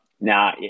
now